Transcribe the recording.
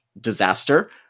disaster